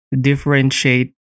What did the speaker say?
differentiate